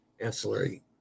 ancillary